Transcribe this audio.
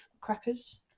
crackers